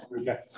Okay